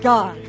God